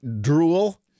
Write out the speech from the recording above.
drool